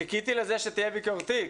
חיכיתי לזה שתהיה ביקורתי,